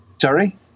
Sorry